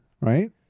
right